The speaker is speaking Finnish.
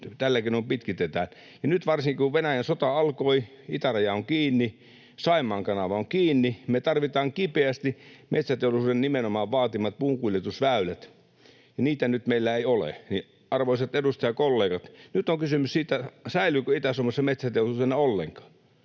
tällä keinoin pitkitetään. Ja nyt varsinkin, kun Venäjän sota alkoi, itäraja on kiinni, Saimaan kanava on kiinni, me tarvitaan kipeästi metsäteollisuuden nimenomaan vaatimat puunkuljetusväylät, ja niitä meillä nyt ei ole. Arvoisat edustajakollegat, nyt on kysymys siitä, säilyykö Itä-Suomessa metsäteollisuus enää ollenkaan.